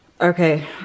Okay